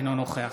אינו נוכח